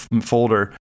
folder